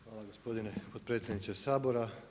Hvala gospodine potpredsjedniče Sabora.